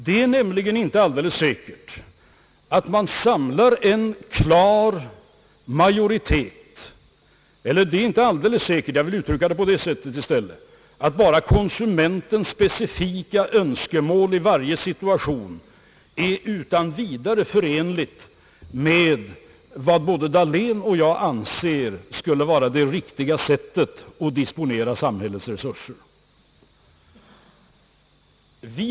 Det är nämligen inte alldeles säkert att bara konsumentens specifika önskemål i varje situation är utan vidare förenligt med vad både herr Dahlén och jag anser skulle vara det riktiga sättet att disponera samhällets resurser på.